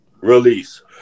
Release